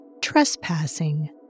Trespassing